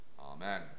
Amen